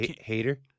Hater